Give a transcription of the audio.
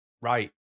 right